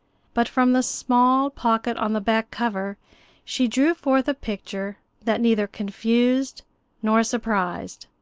but from the small pocket on the back cover she drew forth a picture that neither confused nor surprised.